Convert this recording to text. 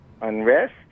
Unrest